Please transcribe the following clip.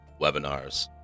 webinars